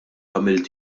għamilt